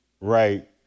right